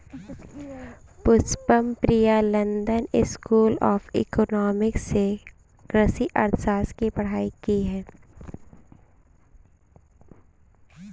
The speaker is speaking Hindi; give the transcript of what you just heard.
Pushpam Priya London school of economics से कृषि अर्थशास्त्र की पढ़ाई की है